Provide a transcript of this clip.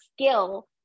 skill